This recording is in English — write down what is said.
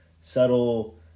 subtle